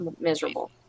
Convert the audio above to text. miserable